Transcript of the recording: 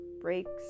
breaks